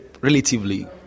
relatively